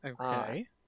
Okay